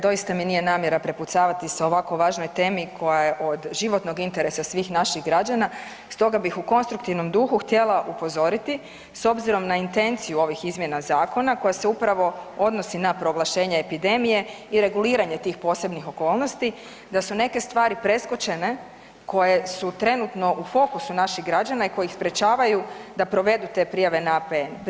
Doista mi nije namjera prepucavati se o ovako važnoj temi koja je od životnog interesa svih naših građana, stoga bi u konstruktivnom duhu htjela upozoriti s obzirom na intenciju ovih izmjena zakona koje se upravo odnosi na proglašenje epidemije i reguliranje tih posebnih okolnosti, da su neke stvari preskočene koje su trenutno u fokusu naših građana i koje ih sprečavaju da provedu te prijave na APN.